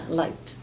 light